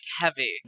heavy